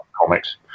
comics